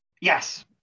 Yes